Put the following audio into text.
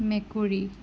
মেকুৰী